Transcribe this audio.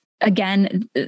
Again